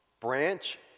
branch